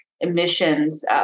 emissions